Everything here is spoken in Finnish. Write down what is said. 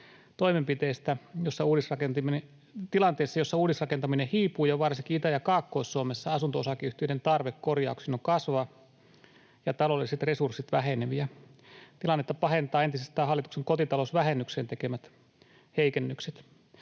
tilanteessa, jossa uudisrakentaminen hiipuu ja varsinkin Itä- ja Kaakkois-Suomessa asunto-osakeyhtiöiden tarve korjauksiin on kasvava ja taloudelliset resurssit väheneviä. Tilannetta pahentavat entisestään hallituksen kotitalousvähennykseen tekemät heikennykset.